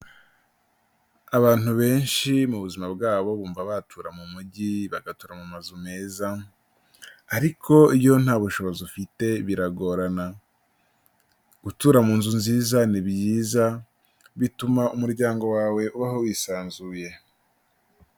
Abantu benshi mu buzima bwabo bumva batura mu mujyi bagatura mazu meza, ariko iyo nta bushobozi ufite biragorana, gutura mu nzu nziza ni byiza, bituma umuryango wawe ubaho wisanzuye.